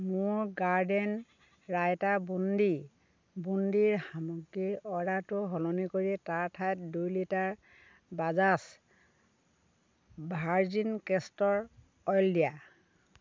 মোৰ গাৰ্ডেন ৰাইতা বুণ্ডি বুণ্ডিৰ সামগ্ৰীৰ অৰ্ডাৰটো সলনি কৰি তাৰ ঠাইত দুই litre Bajaj virgin castor oil দিয়া